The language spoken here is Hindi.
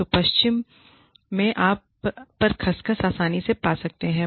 तो पश्चिम में आप पर खसखस आसानी से पा सकते हैं